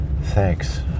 thanks